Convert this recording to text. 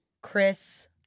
Chris